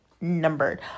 Numbered